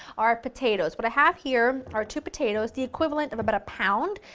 are potatoes. what i have here are two potatoes the equivalent of about a pound.